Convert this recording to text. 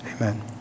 amen